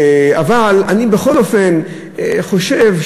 אבל אני בכל אופן חושב,